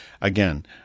Again